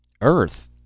Earth